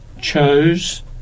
chose